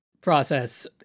process